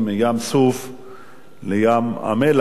ים-סוף לים-המלח,